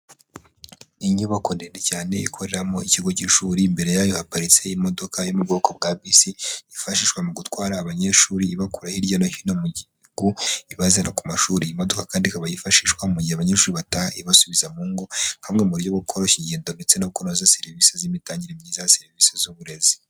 Inyubako ndende cyane ikorera mu ikigo cy'ishuri imbere yayo haparitse imodoka yo mu bwoko bwa bisi yifashishwa mu gutwara abanyeshuri ibakura hirya no hino mu gihugu ibazana ku mashuri, iyi modoka kandi ikaba yifashishwa mu gihe abanyeshuri bataha ibasubiza mu ngo, nka bumwe mu buryo bwo koroshya ingendo ndetse no kunoza serivisi z'imitangire myiza ya serivisi z'uburezi.